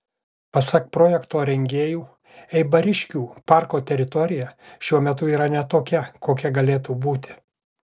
pasak projekto rengėjų eibariškių parko teritorija šiuo metu yra ne tokia kokia galėtų būti